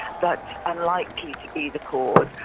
but unlikely to be the cause.